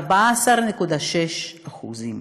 14.6%;